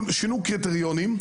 שינו קריטריונים,